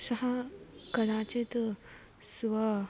सः कदाचित् स्व